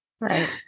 Right